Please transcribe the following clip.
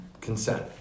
consent